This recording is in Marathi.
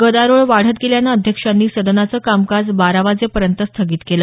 गदारोळ वाढत गेल्यानं अध्यक्षांनी सदनाचं कामकाज बारावाजेपर्यंत स्थगित केलं